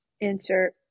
Insert